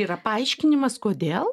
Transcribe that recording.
yra paaiškinimas kodėl